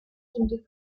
dignity